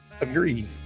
agreed